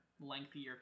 lengthier